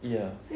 ya